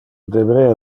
deberea